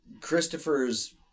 Christopher's